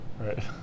Right